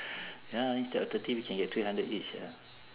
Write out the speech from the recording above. ya instead of thirty we can get three hundred each ya